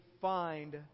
find